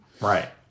right